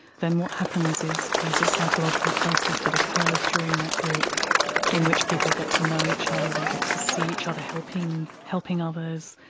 then what happens is there's a psychological process that occurs during that group in which people get to know each other, they get to see each other helping helping others,